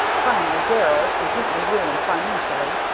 finally, darrell, completely ruined financially,